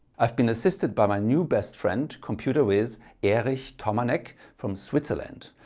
i've been assisted by my new best friend computer wiz erich tomanek from switzerland.